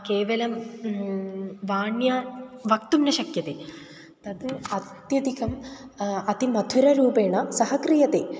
केवलं वाण्या वक्तुं न शक्यते तद् अत्यधिकम् अति मधुररूपेण सः क्रियते